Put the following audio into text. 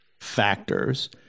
factors